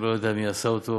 שלא ידוע מי עשה אותו,